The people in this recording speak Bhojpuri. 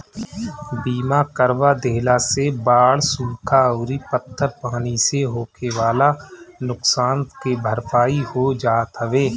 बीमा करवा देहला से बाढ़ सुखा अउरी पत्थर पानी से होखेवाला नुकसान के भरपाई हो जात हवे